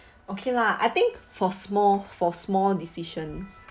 okay lah I think for small for small decisions